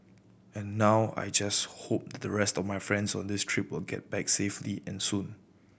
and now I just hope that the rest of my friends on this trip of get back safely and soon